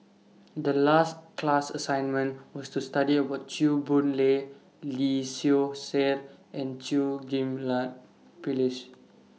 The last class assignment was to study about Chew Boon Lay Lee Seow Ser and Chew Ghim Lian Phyllis